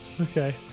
Okay